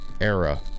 era